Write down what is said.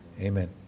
Amen